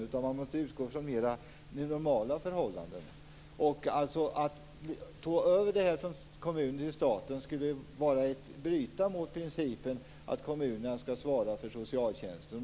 I stället måste man utgå från mera normala förhållanden. Ett statligt övertagande skulle vara att bryta mot principen att kommunerna skall svara för socialtjänsten.